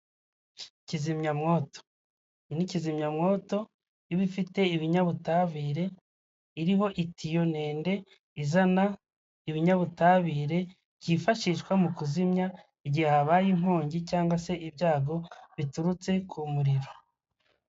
Icyapa cya mpande enye, umuzenguruko wumukara, ubuso bw'umuhondo, ibirango by'umukara, kigaragaza ko ushobora gukomeza imbere cyangwa ugakata k'uruhande rw'ibumoso.